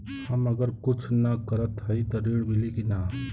हम अगर कुछ न करत हई त ऋण मिली कि ना?